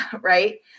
right